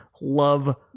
love